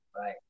Right